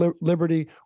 liberty